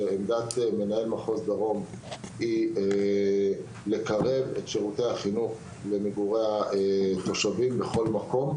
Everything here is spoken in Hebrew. שעמדת מחוז דרום היא לקרב את שירותי החינוך למגורי התושבים בכל מקום.